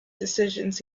decisions